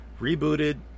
rebooted